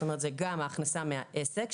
זה גם ההכנסה מהעסק,